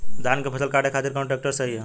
धान के फसल काटे खातिर कौन ट्रैक्टर सही ह?